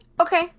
okay